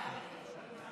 בטוח,